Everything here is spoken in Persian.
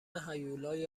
هیولای